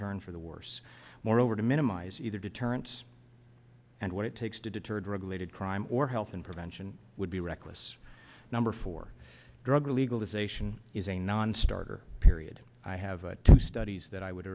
turn for the worse moreover to minimize either deterrence and what it takes to deter drug related crime or health and prevention would be reckless number four drug legalization is a nonstarter period i have two studies that i would